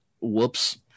whoops